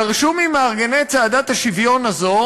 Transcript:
דרשו ממארגני צעדת השוויון הזו